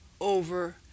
over